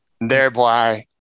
thereby